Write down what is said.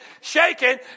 shaking